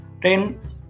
Train